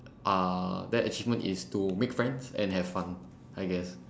uh that achievement is to make friends and have fun I guess